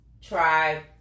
try